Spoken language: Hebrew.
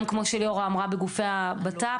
וכמו שליאורה אמרה גם בגופי הבט"פ.